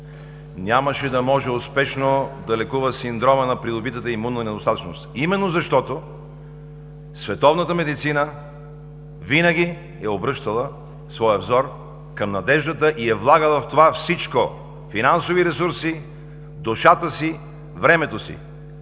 нямаше да може успешно да лекува Синдрома на придобитата имунна недостатъчност. Именно защото световната медицина винаги е обръщала своя взор към надеждата и е влагала в това всичко – финансови ресурси, душата си, времето си!